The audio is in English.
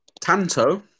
Tanto